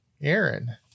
Aaron